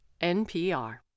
npr